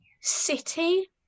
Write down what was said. city